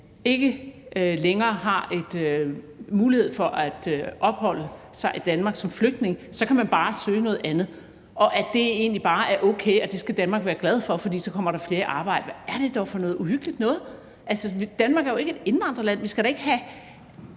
ikke længere har mulighed for at opholde sig i Danmark som flygtning, kan man bare søge noget andet, og at det egentlig bare er okay, og at Danmark bare skal være glad for det, for så kommer der flere i arbejde. Hvad er det dog for noget uhyggeligt noget! Danmark er jo ikke et indvandrerland, vi skal da ikke have